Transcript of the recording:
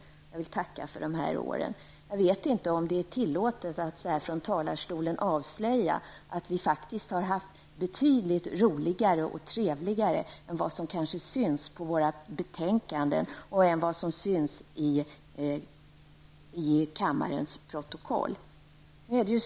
Jag vill tacka för de här åren. Jag vet inte om det är tillåtet att så här från talarstolen avslöja att vi faktiskt har haft betydligt roligare och trevligare än vad som kanske syns på våra betänkanden och än vad som syns i kammarens protokoll.